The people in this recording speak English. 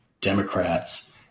Democrats